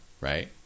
right